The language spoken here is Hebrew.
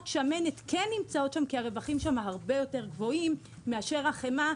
השמנת כן נמצאים שם כי הרווחים שם הרבה יותר גבוהים מאשר החמאה,